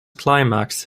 climax